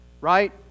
Right